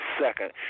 second